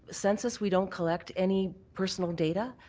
census we don't collect any personal data.